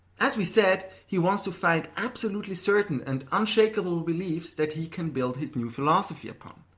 as we said, he wants to find absolutely certain and unshakable beliefs that he can build his new philosophy upon.